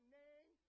name